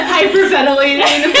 Hyperventilating